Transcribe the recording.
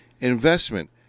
investment